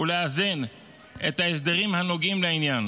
ולאזן את ההסדרים הנוגעים לעניין.